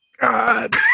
God